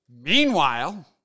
Meanwhile